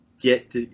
get